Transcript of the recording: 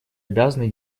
обязаны